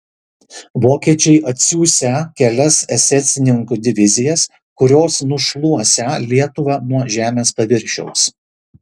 vokiečiai atsiųsią kelias esesininkų divizijas kurios nušluosią lietuvą nuo žemės paviršiaus